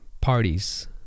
parties